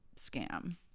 scam